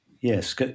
yes